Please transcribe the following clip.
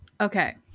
Okay